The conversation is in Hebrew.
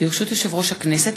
ברשות יושב-ראש הכנסת,